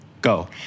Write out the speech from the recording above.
Go